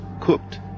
cooked